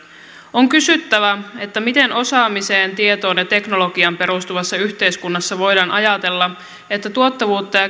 on kysyttävä miten osaamiseen tietoon ja teknologiaan perustuvassa yhteiskunnassa voidaan ajatella että tuottavuutta ja